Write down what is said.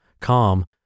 calm